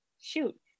shoot